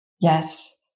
Yes